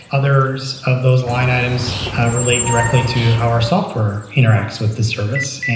others of those line items relate directly to how our software interacts with this service,